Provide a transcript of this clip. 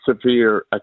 severe